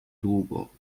długo